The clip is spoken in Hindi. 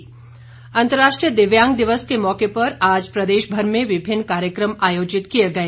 दिव्यांग दिवस अंतर्राष्ट्रीय दिव्यांग दिवस के मौके पर आज प्रदेशभर में विभिन्न कार्यक्रम आयोजित किए गए